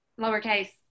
lowercase